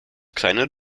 kleine